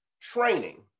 training